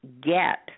get